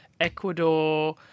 Ecuador